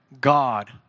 God